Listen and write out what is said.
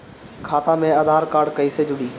खाता मे आधार कार्ड कईसे जुड़ि?